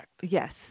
Yes